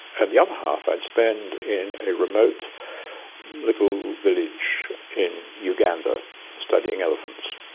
and the other half i'd spend in a remote little village in uganda studying elephants.